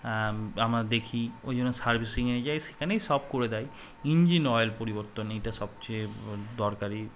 আমরা দেখি ওই জন্য সার্ভিসিংয়ে যাই সেখানেই সব করে দেয় ইঞ্জিন অয়েল পরিবর্তন এটা সবচেয়ে দরকারি